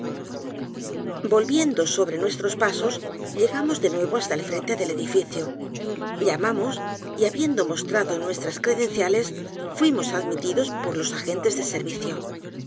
volviendo sobre nuestros pasos llegamos de nuevo h a s t a el frente del edificio llamamos y habiendo mos t r a d o nuestras credenciales fuimos admitidos por los los crímenes de